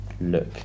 look